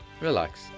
relax